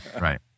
Right